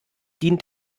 dient